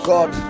God